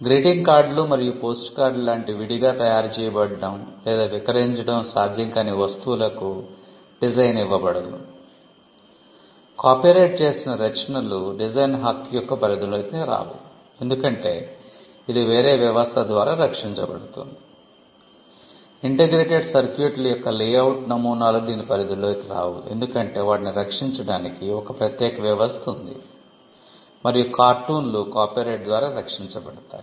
greeting కార్డులు మరియు post కార్డులు లాంటి విడిగా తయారు చేయబడటం లేదా విక్రయించడం సాధ్యం కాని వస్తువులకు డిజైన్ హక్కుకు సంబంధించినవి కావు